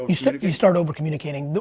you start you start over-communicating.